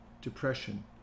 depression